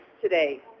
today